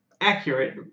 accurate